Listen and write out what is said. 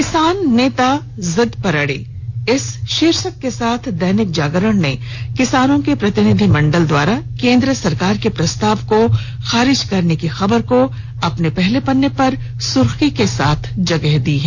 किसान नेता जिद पर अडे इस शीर्षक के साथ दैनिक जागरण ने किसानों के प्रनितिनधिमंडल द्वारा केन्द्र सरकार के प्रस्ताव को खारिज करने की खबर को पहले पन्ने की सुर्खी बनायी है